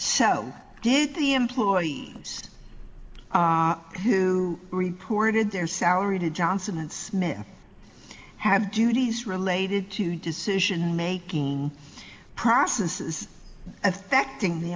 so did the employee who reported their salary to johnson and smith have duties related to decision making process is affecting the